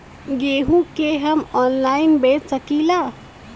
गेहूँ के हम ऑनलाइन बेंच सकी ला?